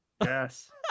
Yes